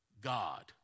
God